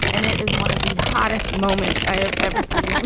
and it is one of the hardest moments i have ever seen